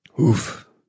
Oof